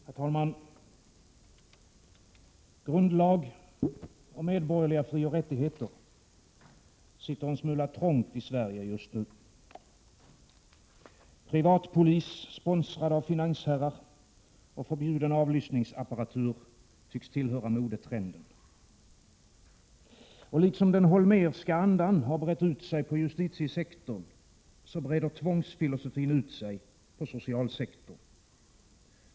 Herr talman! Grundlag och medborgerliga frioch rättigheter sitter en smula trångt i Sverige just nu. Privatpolis, sponsrad av finansherrar, och förbjuden avlyssningsapparatur tycks tillhöra modetrenden. Och liksom den holmérska andan brett ut sig på justitiesektorn, så breder tvångsfilosofin ut sig på socialsektorn.